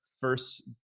first